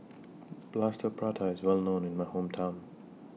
Plaster Prata IS Well known in My Hometown